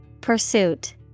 Pursuit